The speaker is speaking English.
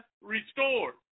restored